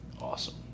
awesome